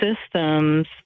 systems